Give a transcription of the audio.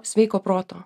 sveiko proto